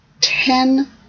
ten